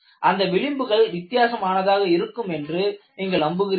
அந்த விளிம்புகள் வித்தியாசமானதாக இருக்கும் என்று நீங்கள் நம்புகிறீர்கள்